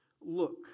Look